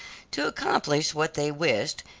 to accomplish what they wished,